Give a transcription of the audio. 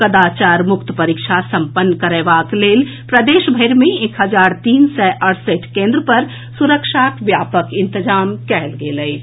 कदाचार मुक्त परीक्षा संपन्न करएबाक लेल राज्य भरि मे एक हजार तीन सय अड़सठि केंद्र पर सुरक्षाक व्यापक इंतजाम कएल गेल अछि